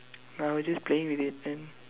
no I was just playing with it then